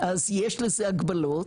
אז יש לזה הגבלות.